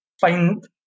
find